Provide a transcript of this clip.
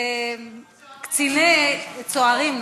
קציני, צוערים.